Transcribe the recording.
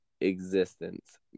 existence